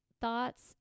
thoughts